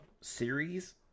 Series